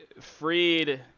Freed